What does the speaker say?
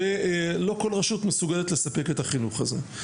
ולא כל רשות מסוגלת לספק את החינוך הזה.